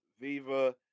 Viva